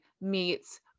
meets